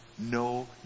no